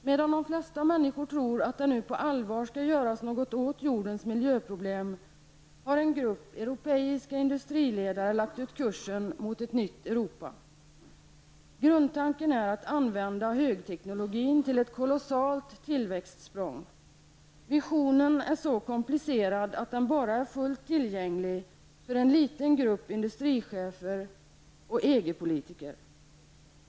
''Medan de flesta människor tror, att det nu på allvar skall göras något åt jordens miljöproblem, har en grupp europeiska industriledare lagt ut kursen mot ett nytt Europa. Grundtanken är att använda högteknologin till ett kolossalt tillväxtsprång. Visionen är så komplicerad att den bara är fullt tillgänglig för en liten grupp industrichefer och EG-politiker.